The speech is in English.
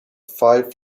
five